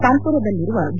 ಕಾನ್ಸುರದಲ್ಲಿರುವ D